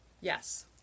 Yes